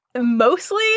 Mostly